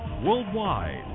worldwide